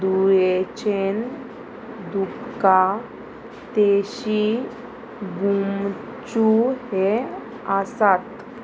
दुयेचेन दुखा तेशी बुमच्यू हे आसात